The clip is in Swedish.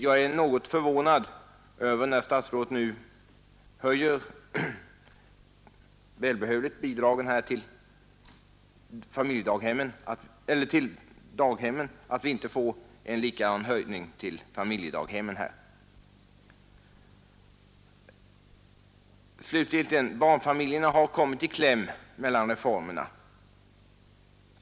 Jag är något förvånad över att statsrådet, när hon nu — välbehövligt — höjer statsbidragen till daghemmen, inte samtidigt ger familjedaghemmen en likadan höjning. Slutligen: Barnfamiljerna har kommit i kläm mellan reformerna.